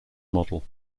model